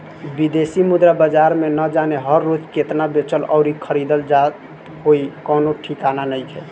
बिदेशी मुद्रा बाजार में ना जाने हर रोज़ केतना बेचल अउरी खरीदल जात होइ कवनो ठिकाना नइखे